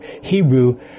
Hebrew